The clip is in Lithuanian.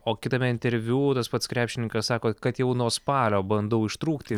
o kitame interviu tas pats krepšininkas sako kad jau nuo spalio bandau ištrūkti